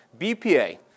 BPA